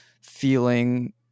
feeling